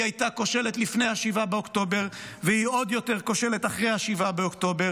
היא הייתה כושלת לפני 7 באוקטובר והיא עוד יותר כושלת אחרי 7 באוקטובר.